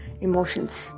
emotions